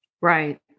Right